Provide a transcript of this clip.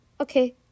Okay